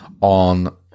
on